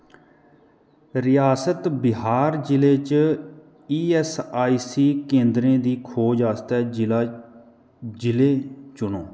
रियासत बिहार जि'ले च ईऐस्सआईसी केंदरें दी खोज आस्तै जि'ला जि'ले चुनो